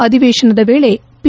ಅಧಿವೇಶನದ ವೇಳೆ ಪಿ